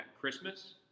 Christmas